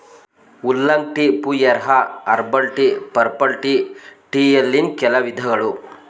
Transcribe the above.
oolong tea, pu erh, herbal tea, purple tea ಟೀಯಲ್ಲಿನ್ ಕೆಲ ವಿಧಗಳು